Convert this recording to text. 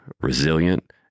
resilient